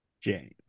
James